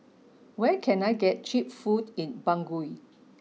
where can I get cheap food in Bangui